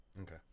Okay